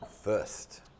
first